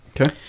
okay